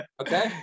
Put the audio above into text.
okay